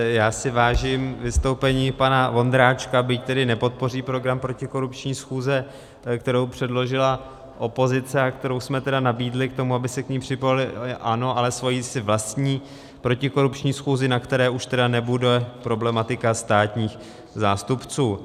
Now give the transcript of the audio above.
Já si vážím vystoupení pana Vondráčka, byť tedy nepodpoří program protikorupční schůze, kterou předložila opozice a kterou jsme teda nabídli k tomu, aby se k ní připojilo ANO, ale svolají si vlastní protikorupční schůzi, na které už teda nebude problematika státních zástupců.